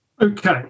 Okay